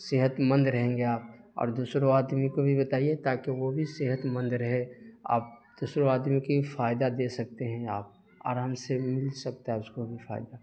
صحت مند رہیں گے آپ اور دوسرے آدمی کو بھی بتائیے تاکہ وہ بھی صحت مند رہے آپ دوسرے آدمی کی فائدہ دے سکتے ہیں آپ آرام سے مل سکتا ہے اس کو بھی فائدہ